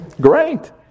Great